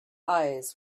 eyes